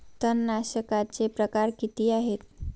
तणनाशकाचे प्रकार किती आहेत?